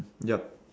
yup